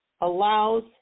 allows